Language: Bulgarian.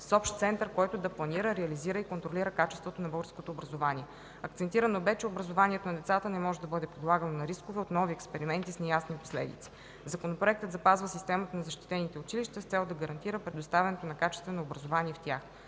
с общ център, който да планира, реализира и контролира качеството на българското образование. Акцентирано бе, че образованието на децата не може да бъде подлагано на рискове от нови експерименти с неясни последици. Законопроектът запазва системата на защитените училища с цел да гарантира предоставянето на качествено образование в тях.